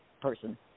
person